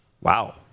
Wow